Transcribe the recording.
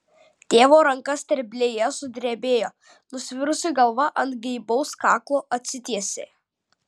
tėvo ranka sterblėje sudrebėjo nusvirusi galva ant geibaus kaklo atsitiesė